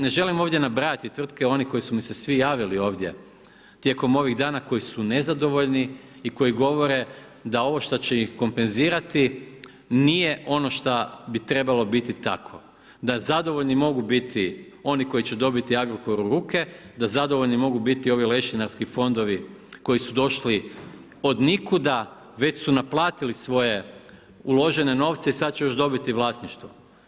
Ne želim ovdje nabrajati tvrtke onih koji su mi se svi javili ovdje tijekom ovih dana, koji su nezadovoljni i koji govore da ovo šta će ih kompenzirati nije ono što bi trebalo biti takvo, da zadovoljni mogu biti oni koji će dobiti Agrokor u ruke, da zadovoljni mogu biti ovi lešinarski fondovi koji su došli od nikuda, već su naplatili svoje uložene novce i sad će još dobiti vlasništvo.